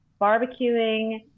barbecuing